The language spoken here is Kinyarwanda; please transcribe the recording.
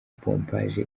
pompaje